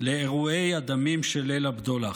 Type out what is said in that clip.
לאירועי הדמים של ליל הבדולח.